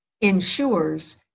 ensures